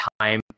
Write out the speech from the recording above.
time